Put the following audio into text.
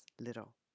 little